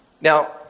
Now